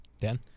Dan